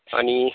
अनि